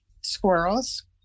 squirrels